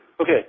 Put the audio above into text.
okay